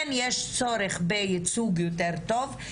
כן יש צורך בייצוג יותר טוב,